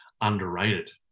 underrated